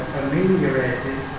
ameliorated